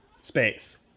space